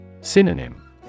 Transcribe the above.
Synonym